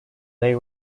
day